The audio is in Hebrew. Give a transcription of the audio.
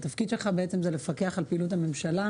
שמבין שהתפקיד שלך זה לפקח על פעילות הממשלה,